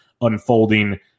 unfolding